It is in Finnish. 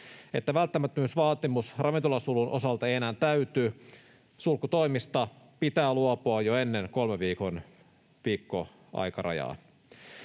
että välttämättömyysvaatimus ravintolasulun osalta ei enää täyty, sulkutoimista pitää luopua jo ennen kolmen viikon aikarajaa.